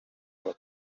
was